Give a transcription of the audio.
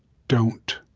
don't.